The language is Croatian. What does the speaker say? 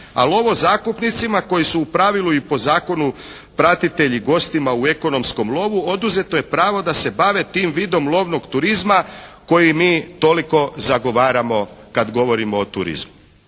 A lovozakupnicima koji su u pravilu i po zakonu pratitelji gostima u ekonomskom lovu oduzeto je pravo da se bave tim vidom lovnog turizma koji mi toliko zagovaramo kad govorimo o turizmu.